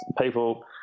people